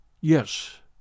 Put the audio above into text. Yes